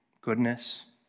goodness